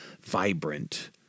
vibrant